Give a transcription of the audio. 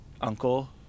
uncle